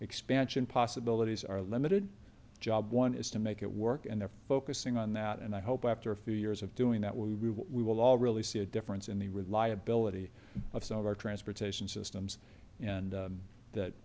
expansion possibilities are limited job one is to make it work and they're focusing on that and i hope after a few years of doing that we will we will all really see a difference in the reliability of some of our transportation systems and that